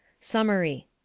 Summary